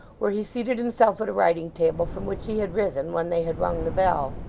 where he seated himself at a writing-table from which he had risen when they had rung the bell.